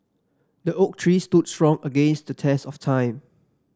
the oak tree stood strong against the test of time